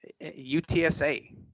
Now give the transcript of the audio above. UTSA